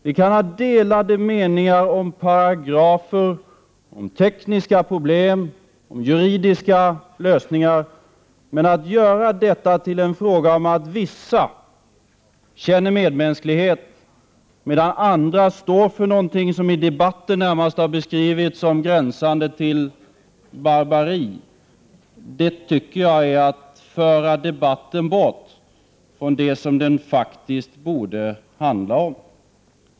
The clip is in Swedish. Vi kan ha delade meningar om paragrafer, tekniska problem och juridiska lösningar, men att göra detta till en fråga om att vissa känner medmänsklighet, medan andra står för någonting som i debatten närmast har beskrivits som gränsande till barbari, tycker jag är att föra debatten bort från det som den faktiskt borde handla om.